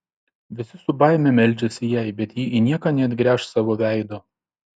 visi su baime meldžiasi jai bet ji į nieką neatgręš savo veido